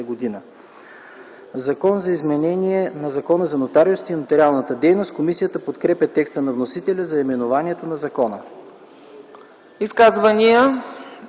г. „Закон за изменение на Закона за нотариусите и нотариалната дейност.” Комисията подкрепя текста на вносителя за наименованието на закона. ПРЕДСЕДАТЕЛ